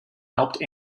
helped